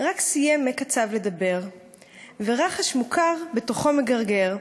רק סיים מק הצב לדבר / ורחש מוכר בתוכו מגרגר.